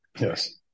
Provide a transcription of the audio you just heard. yes